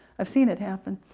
i've seen it happen.